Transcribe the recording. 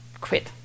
quit